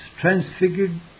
transfigured